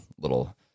little